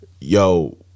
yo –